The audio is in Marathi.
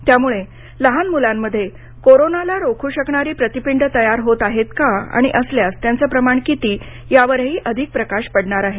त्यामुळं लहान मुलांमध्ये कोरोनाला रोखू शकणारी प्रतिपिंडं तयार होत आहेत का आणि असल्यास त्यांचं प्रमाण किती यावरही अधिक प्रकाश पडणार आहे